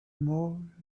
more